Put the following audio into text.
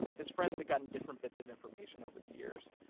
his friends had gotten different bits of information over the years.